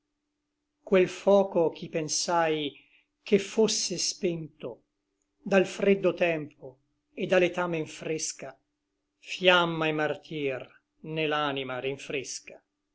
quel foco ch'i pensai che fosse spento dal freddo tempo et da l'età men fresca fiamma et martir ne l'anima rinfresca